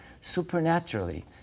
supernaturally